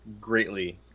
greatly